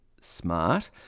smart